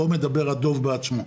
פה מדבר הדוב בעצמו.